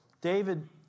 David